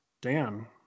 Dan